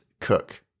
cook